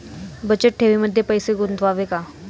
बचत ठेवीमध्ये पैसे गुंतवावे का?